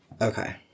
Okay